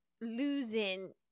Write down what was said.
losing